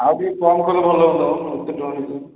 ଆଉ ଟିକେ କମ୍ କଲେ ଭଲ ହୁଅନ୍ତା ମ ଏତେ ଟଙ୍କା